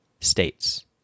states